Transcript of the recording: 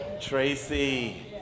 Tracy